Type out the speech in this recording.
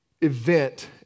event